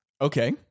Okay